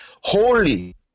holy